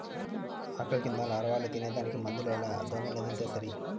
ఆకుల కింద లారవాలు తినేదానికి మందులేల దోమలనొదిలితే సరి